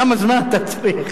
כמה זמן אתה צריך?